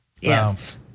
Yes